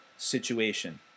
situation